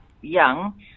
young